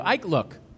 Look